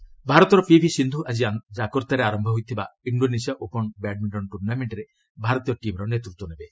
badminton ଭାରତର ପିଭି ସିନ୍ଧୁ ଆଜି ଜାତର୍କାରେ ଆରମ୍ଭ ହେଉଥିବା ଇଣ୍ଡୋନେସିଆ ଓପନ୍ ବ୍ୟାଡ୍ମିଣ୍ଟନ ଟୁର୍ଣ୍ଣାମେଣ୍ଟରେ ଭାରତୀୟ ଟିମ୍ର ନେତୃତ୍ୱ ନେବେ